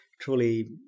truly